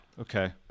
Okay